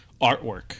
artwork